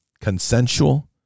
consensual